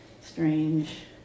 strange